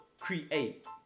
create